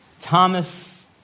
Thomas